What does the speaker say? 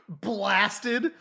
Blasted